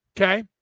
Okay